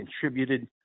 contributed